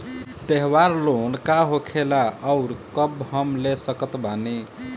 त्योहार लोन का होखेला आउर कब हम ले सकत बानी?